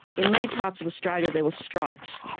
in many parts of australia there were strikes.